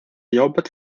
jobbet